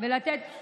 נכון, השרה, זה